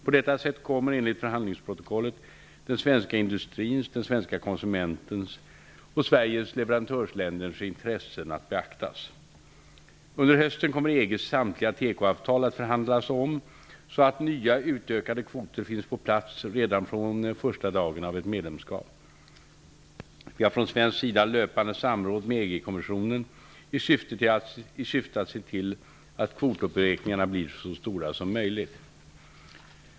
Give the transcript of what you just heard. På detta sätt kommer, enligt förhandlingsprotokollet, den svenska industrins, den svenska konsumentens och Sveriges leverantörländers intressen att beaktas. Under hösten kommer EG:s samtliga tekoavtal att förhandlas om så att nya utökade kvoter finns på plats redan från första dagen av ett svenskt medlemskap. Vi har från svensk sida löpande samråd med EG-kommissionen i syfte att se till att kvotuppräkningarna blir så stora som möjligt.